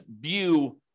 view